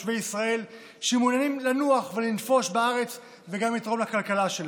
תושבי ישראל שמעוניינים לנוח ולנפוש בארץ וגם לתרום לכלכלה שלה.